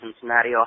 Cincinnati